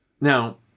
Now